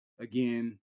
again